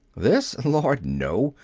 this? lord, no!